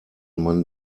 man